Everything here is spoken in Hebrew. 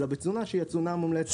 אלא בתזונה שהיא התזונה המומלצת.